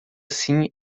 assim